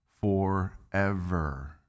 forever